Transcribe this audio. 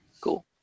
Cool